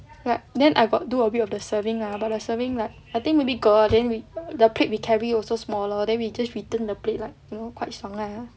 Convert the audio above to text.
but then I got do a bit of the serving lah but the serving like I think maybe girl ah then the plate we carry also smaller then we just return the plate like you know quite 爽 like ah